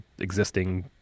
existing